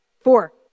four